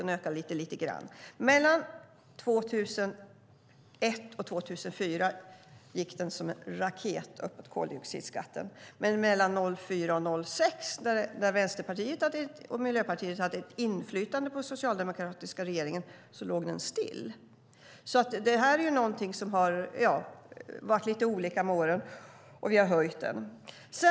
Den ökade lite grann. Mellan 2001 och 2004 gick koldioxidskatten som en raket uppåt. Men mellan 2004 och 2006, när Vänsterpartiet och Miljöpartiet hade inflytande på den socialdemokratiska regeringen, låg den stilla. Det här är någonting som har varit lite olika under åren. Och vi har höjt den.